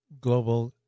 global